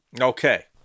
Okay